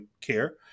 care